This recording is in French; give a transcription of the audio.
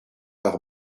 par